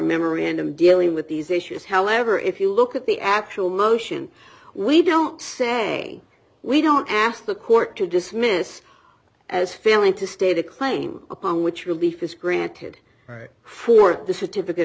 memorandum dealing with these issues however if you look at the actual motion we don't say we don't ask the court to dismiss as failing to state a claim upon which relief is granted for the certificate